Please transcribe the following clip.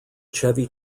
chevy